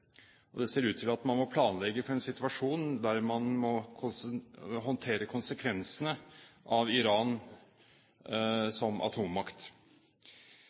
og det ser ut til at man må planlegge for en situasjon der man må håndtere konsekvensene av Iran som atommakt.